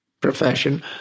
profession